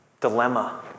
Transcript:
dilemma